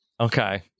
Okay